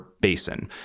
basin